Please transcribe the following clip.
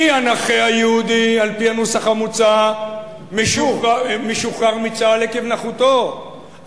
כי הנכה היהודי על-פי הנוסח המוצע משוחרר מצה"ל עקב נכותו,